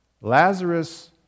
Lazarus